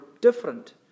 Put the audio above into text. different